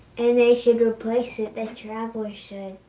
and they should replace it, the traveller should.